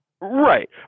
Right